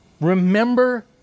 Remember